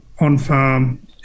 on-farm